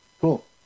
Cool